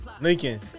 Lincoln